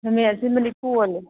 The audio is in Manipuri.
ꯈꯥꯃꯦꯟ ꯑꯁꯤꯟꯕ ꯅꯤꯐꯨ ꯑꯣꯜꯂꯦ